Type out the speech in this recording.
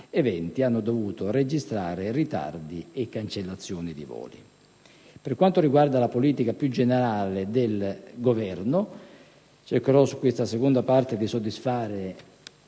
hanno dovuto registrare ritardi e cancellazioni di voli. Per quanto riguarda la politica più generale del Governo, cercherò di soddisfare